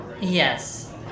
Yes